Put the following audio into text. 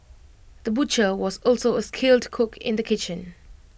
the butcher was also A skilled cook in the kitchen